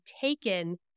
taken